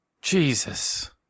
Jesus